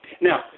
Now